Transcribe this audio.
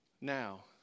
now